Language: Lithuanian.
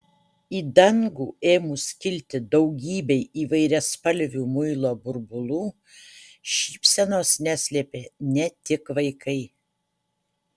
į dangų ėmus kilti daugybei įvairiaspalvių muilo burbulų šypsenos neslėpė ne tik vaikai